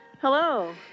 Hello